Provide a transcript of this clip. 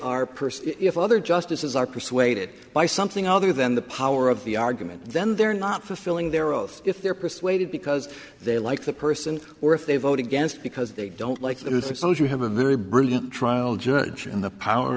person if other justices are persuaded by something other than the power of the argument then they're not fulfilling their oath if they're persuaded because they like the person or if they vote against because they don't like the exposure you have a very brilliant trial judge and the power